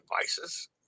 devices